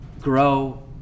grow